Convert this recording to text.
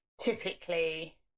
typically